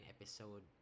episode